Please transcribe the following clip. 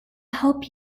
help